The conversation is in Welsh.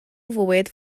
fwyd